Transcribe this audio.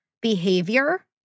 behavior